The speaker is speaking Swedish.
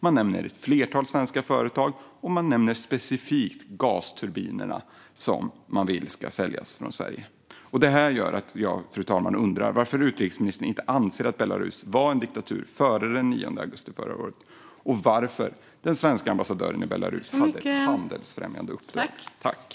Man nämner ett flertal svenska företag, och man nämner specifikt gasturbinerna som man vill ska säljas från Sverige. Det här gör att jag, fru talman, undrar varför utrikesministern inte anser att Belarus var en diktatur före den 9 augusti förra året och varför den svenska ambassadören i Belarus hade ett handelsfrämjande uppdrag.